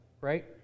right